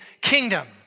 kingdom